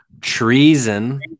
Treason